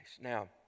Now